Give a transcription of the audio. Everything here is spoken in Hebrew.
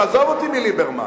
תעזוב אותי מליברמן.